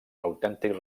autèntic